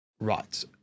right